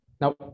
Now